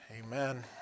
Amen